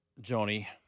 Johnny